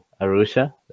Arusha